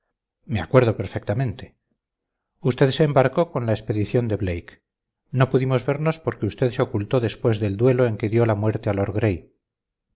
me acuerdo perfectamente usted se embarcó con la expedición de blake no pudimos vernos porque usted se ocultó después del duelo en que dio la muerte a lord